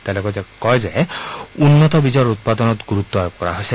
তেওঁ লগতে কয় যে উন্নত বীজৰ উৎপাদনত গুৰুত্ব আৰোপ কৰা হৈছে